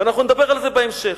ואנחנו נדבר על זה בהמשך.